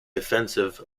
offensive